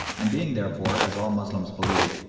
and being therefore, as all moslems believe,